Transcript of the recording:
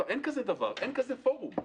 אין כזה דבר, אין כזה פורום.